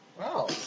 Wow